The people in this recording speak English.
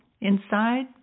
Inside